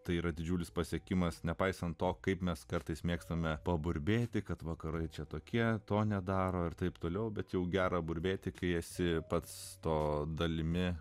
tai yra didžiulis pasiekimas nepaisant to kaip mes kartais mėgstame paburbėti kad vakarai čia tokie to nedaro ir taip toliau bet jau gera burbėti kai esi pats to dalimi